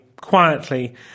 quietly